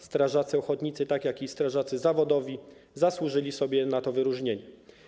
Strażacy ochotnicy, tak jak strażacy zawodowi, zasłużyli sobie na to wyróżnienie.